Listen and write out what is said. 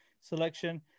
selection –